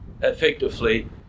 effectively